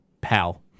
pal